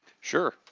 Sure